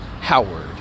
Howard